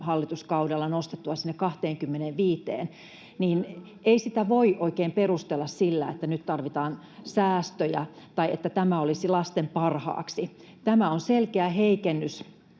hallituskaudella nostettua sinne 25:een, ei voi oikein perustella sillä, että nyt tarvitaan säästöjä, tai sillä, että tämä olisi lasten parhaaksi. Tämä on selkeä heikennys.